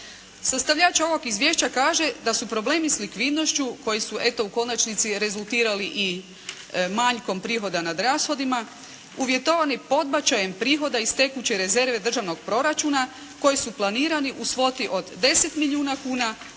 Sastavljač ovog izvješća kaže da su problemi s likvidnošću koji su eto u konačnici rezultirali i manjkom prihoda nad rashodima, uvjetovani podbačajem prihoda iz tekuće rezerve državnog proračuna koji su planirani u svoti od 10 milijuna kuna,